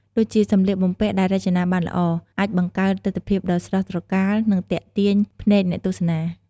ដូចជាសម្លៀកបំពាក់ដែលរចនាបានល្អ អាចបង្កើតទិដ្ឋភាពដ៏ស្រស់ត្រកាល និងទាក់ទាញភ្នែកអ្នកទស្សនា ។